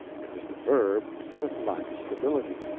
it was the verb that lacked stability,